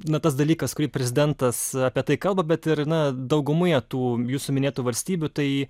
na tas dalykas kurį prezidentas apie tai kalba bet ir na daugumoje tų jūsų minėtų valstybių tai